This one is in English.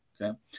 Okay